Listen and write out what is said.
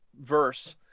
verse